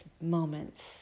moments